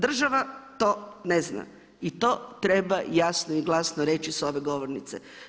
Država to ne zna i to treba jasno i glasno reći s ove govornice.